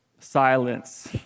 Silence